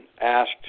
asked